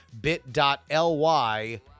bit.ly